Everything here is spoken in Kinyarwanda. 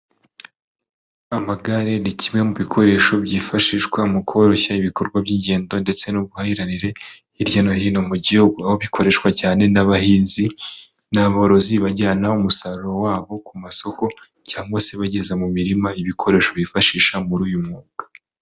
Amagare ni kimwe mu bikoresho byifashishwa mu koroshya ibikorwa by'ingendo ndetse n'ubuhahire hirya no hino mu gihugu. Aho bikoreshwa cyane n'abahinzi, n'aborozi bajyana umusaruro wabo ku masoko, cyangwa se bageza mu mirima ibikoresho bifashisha muri uyu mwuga.